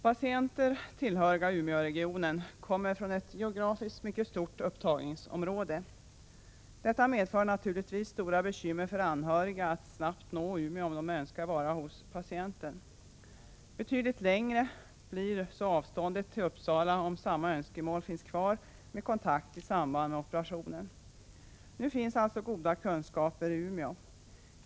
Patienter tillhöriga Umeåregionen kommer från ett geografiskt mycket stort upptagningsområde. Detta medför naturligtvis stora bekymmer för anhöriga att snabbt nå Umeå, om de önskar vara hos patienten. Betydligt längre blir så avståndet till Uppsala, om samma önskemål finns kvar om kontakt i samband med operationen. Nu finns alltså goda kunskaper i Umeå.